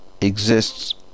exists